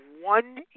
one